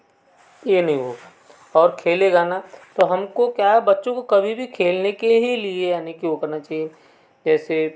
यह नहीं हो और खेलेगा ना तो हमको क्या बच्चों को कभी भी खेलने के ही लिए आने के ही नहीं रोकना चाहिए